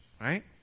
right